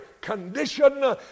condition